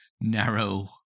narrow